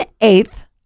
eighth